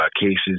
cases